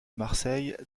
marseille